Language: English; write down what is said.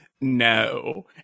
no